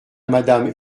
madame